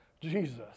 Jesus